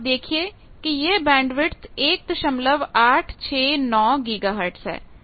पर आप देखिए कि यह बैंडविथ 1869 गीगाहर्टज है